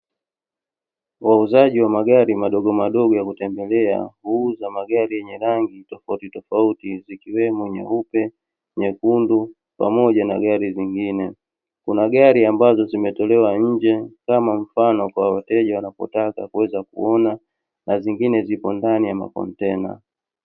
Wauzaji wa magari madogo madogo ya kutembelea, huuza magari yenye rangi tofauti tofauti, zikiwemo nyeupe, nyekundu pamoja na gari zingine. Kuna gari ambazo zimetolewa nje, kama mfano kwa wateja wanapotaka kuweza kuona, na zingine zipo ndani ya makontena.